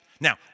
Now